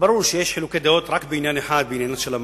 ברור שיש חילוקי דעות רק בעניין אחד: בעניין המאגר.